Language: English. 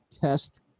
test